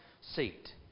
seat